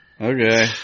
Okay